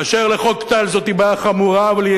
באשר לחוק טל: זאת בעיה חמורה אבל היא